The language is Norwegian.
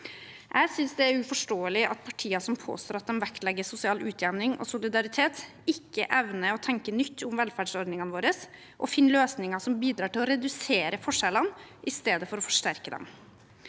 Jeg synes det er uforståelig at partier som påstår at de vektlegger sosial utjevning og solidaritet, ikke evner å tenke nytt om velferdsordningene våre og finne løsninger som bidrar til å redusere forskjellene i stedet for å forsterke dem.